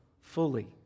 fully